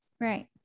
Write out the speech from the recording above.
Right